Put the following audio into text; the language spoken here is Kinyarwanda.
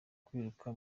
kwiruka